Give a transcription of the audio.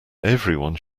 everyone